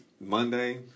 Monday